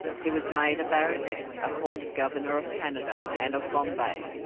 he was made a baronet, appointed governor of canada and of bombay,